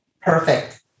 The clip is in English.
Perfect